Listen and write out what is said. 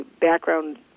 background